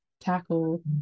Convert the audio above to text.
tackle